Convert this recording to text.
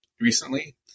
recently